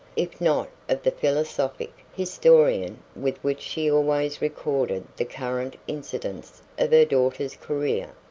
if not of the philosophic, historian with which she always recorded the current incidents of her daughter's career.